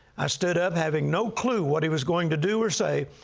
i stood up, having no clue what he was going to do or say.